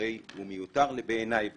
שהרי הוא מיותר ומטופש בעיניי;